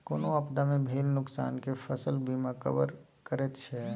कोनो आपदा मे भेल नोकसान केँ फसल बीमा कवर करैत छै